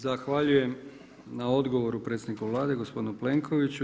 Zahvaljujem na odgovoru predsjedniku Vlade gospodinu Plenkoviću.